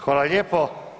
Hvala lijepo.